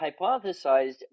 hypothesized